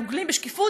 דוגלים בשקיפות,